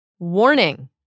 Warning